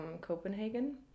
Copenhagen